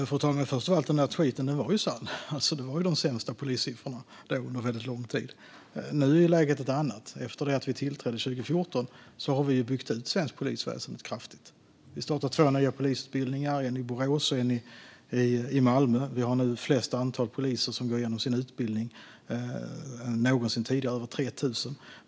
Fru talman! Till att börja med var den där tweeten sann. Det var de sämsta polissiffrorna under väldigt lång tid. Nu är läget ett annat. Efter att vi tillträdde 2014 har vi byggt ut svenskt polisväsen kraftigt. Vi har startat två nya polisutbildningar, en i Borås och en i Malmö. Det är nu ett högre antal poliser, över 3 000, som går igenom sin utbildning än någonsin tidigare.